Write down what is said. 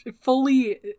Fully